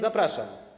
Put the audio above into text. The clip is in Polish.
Zapraszam.